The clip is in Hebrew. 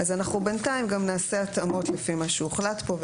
אנחנו בינתיים גם נעשה התאמות לפי מה שהוחלט פה,